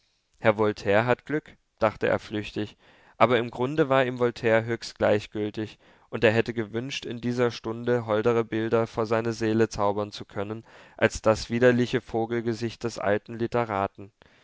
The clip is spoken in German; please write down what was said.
herr voltaire hat glück dachte er flüchtig aber im grunde war ihm voltaire höchst gleichgültig und er hätte gewünscht in dieser stunde holdere bilder vor seine seele zaubern zu können als das widerliche vogelgesicht des alten literaten